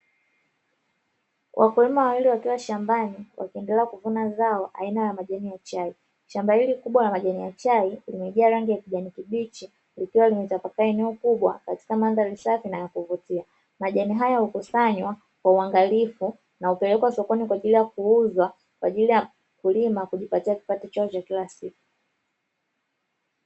Wakulima wawili wakiwa shambani wakiendelea kuvuna zao aina ya majani ya chai shamba hili kubwa la majani ya chai limejaa rangi ya kijani kibichi, likiwa limetapakaa eneo kubwa katika mandhari safi na yakuvutia, majani haya ukusanywa kwa uwangalifu na kupelekwa sokoni kwa ajili ya kuuzwa kwa ajili ya kulima kujipatia kipato chao kila siku.